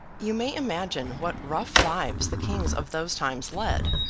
you may imagine what rough lives the kings of those times led,